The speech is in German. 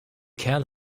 kerl